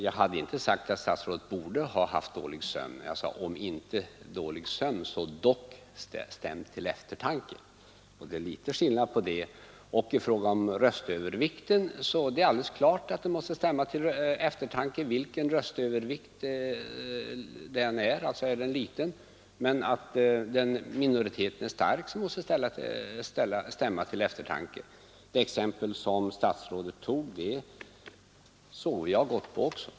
Jag har inte sagt att statsrådet borde ha haft dålig sömn, jag sade: om inte dålig sömn så dock stämd till eftertanke — det är litet skillnad. I fråga om röstövervikten är det alldeles klart att den måste stämma till eftertanke, vilken röstövervikt det än är. Är den liten så måste detta stämma till eftertanke. Det exempel som statsrådet tog sover jag gott på också.